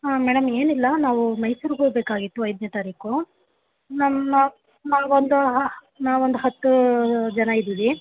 ಹಾಂ ಮೇಡಮ್ ಏನಿಲ್ಲ ನಾವು ಮೈಸೂರ್ಗೆ ಹೋಗ್ಬೇಕಾಗಿತ್ತು ಐದನೇ ತಾರೀಕು ನಮ್ಮ ನಮ್ಗೆ ಒಂದು ಹ ನಾವೊಂದು ಹತ್ತು ಜನ ಇದ್ದೀವಿ